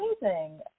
amazing